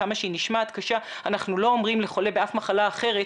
כמה שהיא נשמעת קשה אנחנו לא אומרים לחולה באף מחלה אחרת: